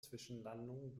zwischenlandungen